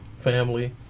Family